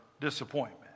disappointment